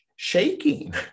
shaking